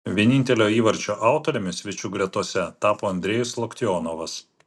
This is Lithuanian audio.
vienintelio įvarčio autoriumi svečių gretose tapo andrejus loktionovas